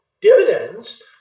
dividends